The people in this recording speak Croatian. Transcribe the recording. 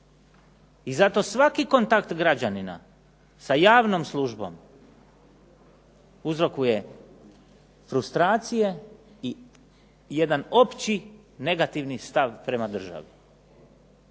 I zato svaki kontakt građanina sa javnom službom uzrokuje frustracije i jedan opći negativni stav prema državi.